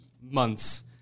months